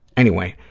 anyway,